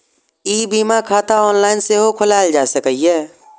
ई बीमा खाता ऑनलाइन सेहो खोलाएल जा सकैए